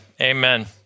Amen